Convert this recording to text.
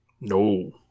No